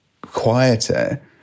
quieter